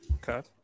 Cut